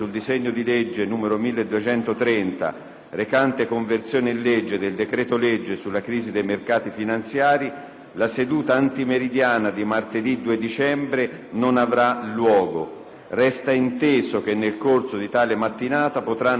recante conversione in legge del decreto-legge sulla crisi dei mercati finanziari, la seduta antimeridiana di martedì 2 dicembre non avrà luogo. Resta inteso che nel corso di tale mattinata potranno proseguire i lavori di tutte le Commissioni.